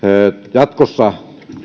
jatkossa se